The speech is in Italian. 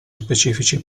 specifici